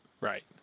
Right